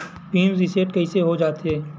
Pin reset कइसे हो जाथे?